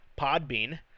Podbean